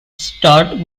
start